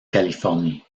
californie